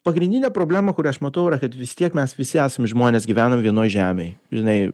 pagrindinė problema kurią aš matau yra kad vis tiek mes visi esam žmonės gyvenam vienoj žemėj žinai